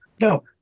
No